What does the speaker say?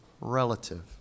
relative